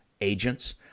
agents